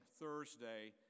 Thursday